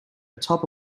atop